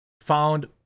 found